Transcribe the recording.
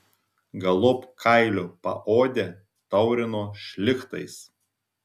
galop kailio paodę taurino šlichtais